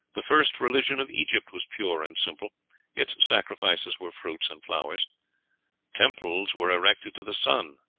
the first religion of egypt was pure and simple its sacrifices were fruits and flowers temples were erected to the sun,